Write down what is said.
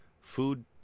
food